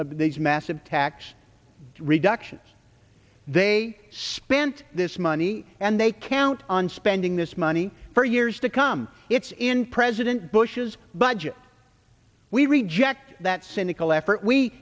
of these massive tax reductions they spent this money and they count on spending this money for years to come it's in president bush's budget we reject that cynical effort we